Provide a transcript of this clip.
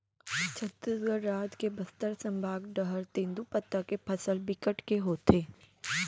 छत्तीसगढ़ राज के बस्तर संभाग डहर तेंदूपत्ता के फसल बिकट के होथे